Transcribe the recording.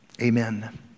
amen